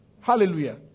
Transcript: Hallelujah